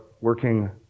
working